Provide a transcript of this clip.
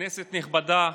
כנסת נכבדה,